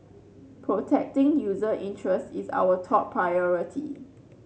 protecting user interests is our top priority